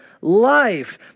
life